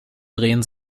drehen